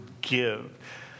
give